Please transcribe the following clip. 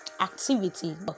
activity